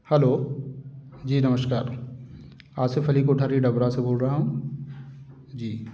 hello जी नमस्कार आसिफ अली कोठारी डबरा से बोल रहा हूँ जी